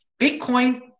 Bitcoin